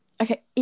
Okay